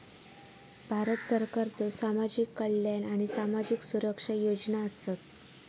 भारत सरकारच्यो सामाजिक कल्याण आणि सामाजिक सुरक्षा योजना आसत